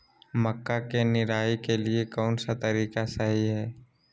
मक्का के निराई के लिए कौन सा तरीका सही है?